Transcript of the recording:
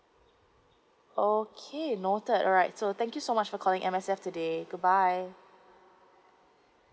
okay noted right so thank you so much for calling M_S_F today goodbye